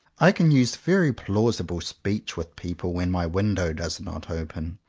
i can use very plausible speech with people when my window does not open,